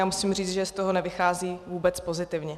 A musím říct, že z toho nevychází vůbec pozitivně.